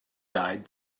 died